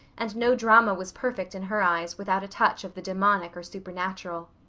and no drama was perfect in her eyes without a touch of the demonic or supernatural.